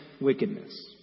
wickedness